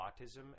autism